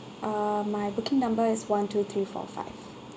uh my booking number is one two three four five